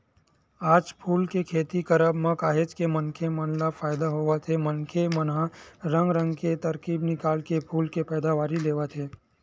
आज फूल के खेती करब म काहेच के मनखे मन ल फायदा होवत हे मनखे मन ह रंग रंग के तरकीब निकाल के फूल के पैदावारी लेवत हे